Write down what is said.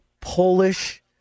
Polish